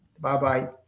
Bye-bye